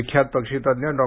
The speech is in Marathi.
विख्यात पक्षीतज्ज्ञ डॉ